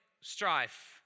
strife